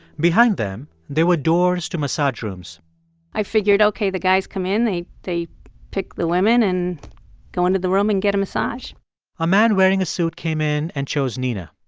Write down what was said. behind them, there were doors to massage rooms i figured, ok, the guys come in, they they pick the women and go into the room and get a massage a man wearing a suit came in and chose nina.